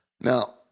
now